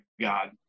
God